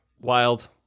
Wild